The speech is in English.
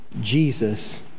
Jesus